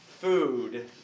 food